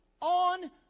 on